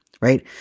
right